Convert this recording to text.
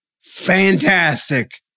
fantastic